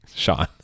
sean